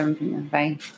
Bye